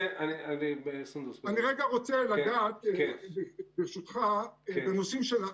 אני רגע רוצה לגעת, ברשותך, -- כן.